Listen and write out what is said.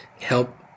help